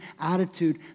attitude